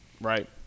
Right